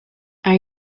are